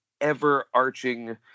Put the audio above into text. ever-arching